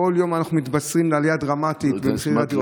ובכל יום אנחנו מתבשרים על עלייה דרמטית במחירי הדירות.